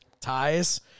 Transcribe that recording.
ties